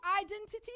identity